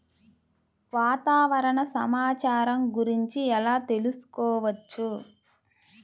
వాతావరణ సమాచారం గురించి ఎలా తెలుసుకోవచ్చు?